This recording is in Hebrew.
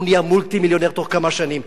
הוא נהיה מולטי-מיליונר בתוך כמה שנים.